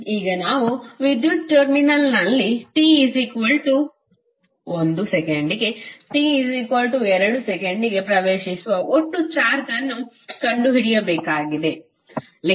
ಈಗ ನಾವು ವಿದ್ಯುತ್ ಟರ್ಮಿನಲ್ನಲ್ಲಿ t1 ಸೆಕೆಂಡ್ನಿಂದ t2 ಸೆಕೆಂಡ್ಗೆ ಪ್ರವೇಶಿಸುವ ಒಟ್ಟು ಚಾರ್ಜ್ ಅನ್ನು ಕಂಡುಹಿಡಿಯಬೇಕಾಗಿದೆ